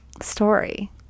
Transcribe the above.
story